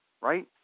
right